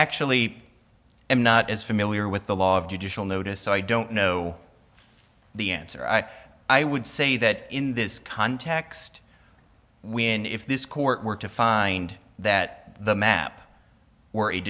actually am not as familiar with the law of judicial notice so i don't know the answer i i would say that in this context when if this court were to find that the map w